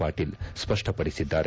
ಪಾಟೀಲ್ ಸ್ಪಷ್ಟಪಡಿಸಿದ್ದಾರೆ